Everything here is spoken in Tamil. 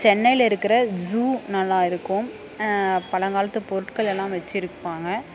சென்னயில் இருக்கிற ஸூ நல்லா இருக்கும் பழங்காலத்து பொருட்கள் எல்லாம் வெச்சுருப்பாங்க